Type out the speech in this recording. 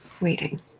waiting